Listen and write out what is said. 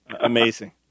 Amazing